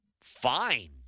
Fine